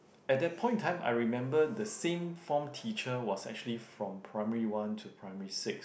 at that point in time I remember the same form teacher was actually from primary one to primary six